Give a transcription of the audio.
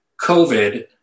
COVID